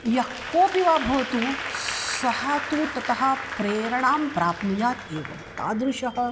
यः कोपि वा भवतु सः तु ततः प्रेरणां प्राप्नुयात् एव तादृशः